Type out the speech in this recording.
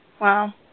Wow